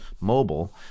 mobile